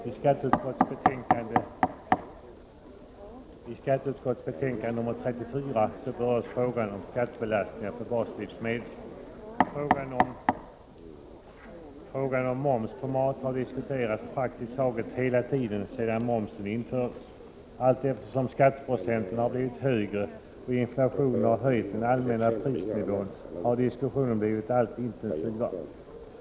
Herr talman! I skatteutskottets betänkande nr 34 behandlas frågan om skattebelastningar på baslivsmedel. Frågan om moms på mat har diskuterats praktiskt taget hela tiden sedan momsen infördes. Allteftersom skatteprocenten har blivit högre och inflationen höjt den allmänna prisnivån har diskussionen blivit allt intensivare.